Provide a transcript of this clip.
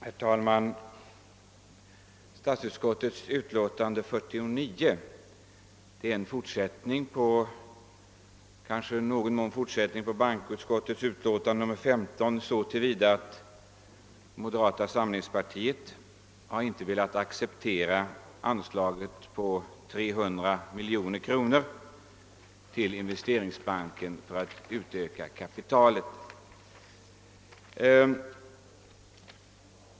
:Herr talman! Statsutskottets utlåtande nr 49 är en fortsättning på bankoutskottets utlåtande nr 15 så till vida: som moderata samlingspartiet inte har velat acceptera det i förstnämnda utlåtande föreslagna anslaget på 300 miljoner kronor till utökning av Investeringsbankens kapital.